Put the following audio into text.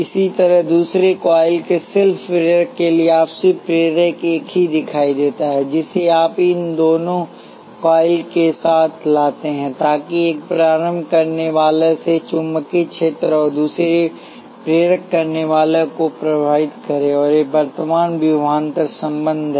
इसी तरह दूसरे कॉइल के सेल्फ प्रेरक के लिए आपसी प्रेरक केवल एक ही दिखाई देता है जिसे आप इन दोनों कॉइल को एक साथ लाते हैं ताकि एक प्रारंभ करनेवाला से चुंबकीय क्षेत्र और दूसरे प्रेरक करने वाला को प्रभावित करे और ये वर्तमानविभवांतर संबंध हैं